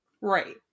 Right